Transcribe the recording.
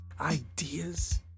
ideas